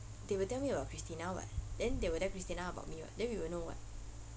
they would tell me about christina [what] then they would tell christina about me [what] then we would know [what]